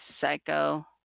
psycho